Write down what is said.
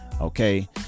Okay